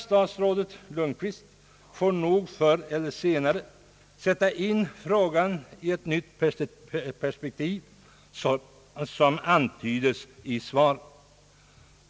Statsrådet Lundkvist får nog förr eller senare sätta in frågan i ett nytt perspektiv, såsom antyddes i svaret.